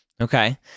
Okay